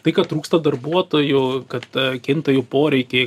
tai kad trūksta darbuotojų kad kinta jų poreikiai